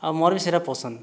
ଆଉ ମୋର ବି ସେହିଟା ପସନ୍ଦ